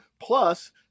Plus